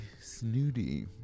snooty